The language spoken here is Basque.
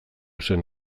zen